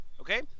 okay